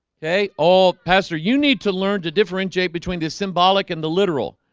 okay, all pastor you need to learn to differentiate between the symbolic and the literal